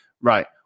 right